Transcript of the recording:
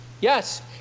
Yes